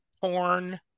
porn